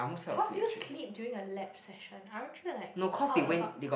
how do you sleep during a lab session aren't you like out about